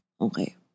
Okay